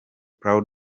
proud